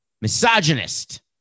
misogynist